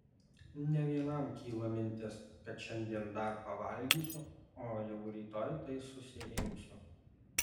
ne vienam kyla mintis kad šiandien dar pavalgysiu o jau rytoj tai susiimsiu